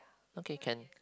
okay can